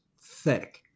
thick